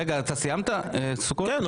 לא.